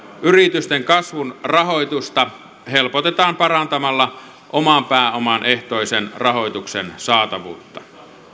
yritysten kasvun rahoitusta helpotetaan parantamalla oman pääoman ehtoisen rahoituksen saatavuutta